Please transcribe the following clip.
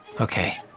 Okay